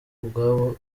ubwabo